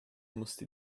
musste